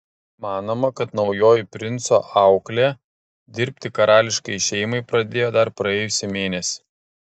manoma kad naujoji princo auklė dirbti karališkajai šeimai pradėjo dar praėjusį mėnesį